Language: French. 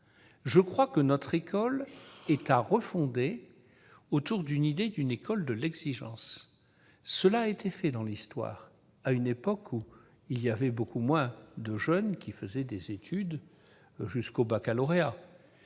loin. Notre école est à refonder autour de l'idée d'une école de l'exigence. Cela a été réalisé dans l'histoire, à une époque où beaucoup moins de jeunes faisaient des études jusqu'au baccalauréat.